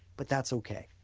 but that's ok.